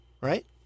right